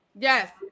Yes